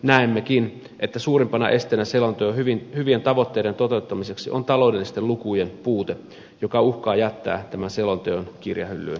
näemmekin että suurimpana esteenä selontekojen hyvin tavoitteiden toteuttamiselle on taloudellisten lukujen puute joka uhkaa jättää tämän selonteon kirjahyllyyn